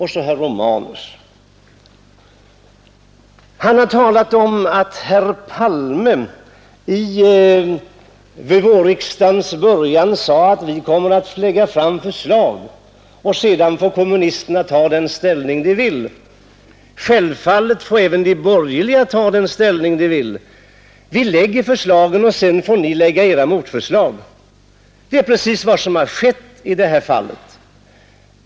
Herr Romanus har talat om att herr Palme vid vårriksdagens början sade att vi kommer att lägga fram förslag och sedan får kommunisterna ta den ställning de vill. Självfallet får även de borgerliga ta den ställning de vill. Vi lägger förslagen, och sedan får ni lägga era motförslag. Det är precis vad som har skett i detta fall.